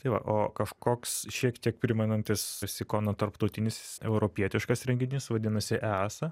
tai va o kažkoks šiek tiek primenantis sikono tarptautinis europietiškas renginys vadinasi easa